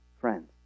friends